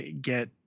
get